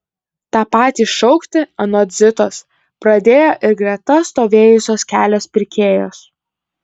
tą patį šaukti anot zitos pradėjo ir greta stovėjusios kelios pirkėjos